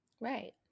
Right